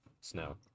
Snow